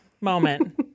moment